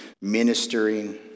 ministering